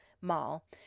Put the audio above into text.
mall